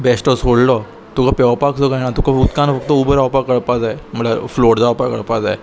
बेश्टोस सोडलो तुका पेंवपाक सो कळना तुका उदकान फक्त उबो रावपाक कळपा जाय म्हळ्यार फ्लोट जावपाक कळपा जाय